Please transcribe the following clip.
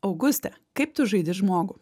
auguste kaip tu žaidi žmogų